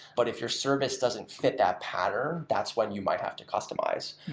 but if your service doesn't fit that pattern, that's when you might have to customize.